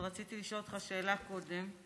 אבל רציתי לשאול אותך שאלה קודם.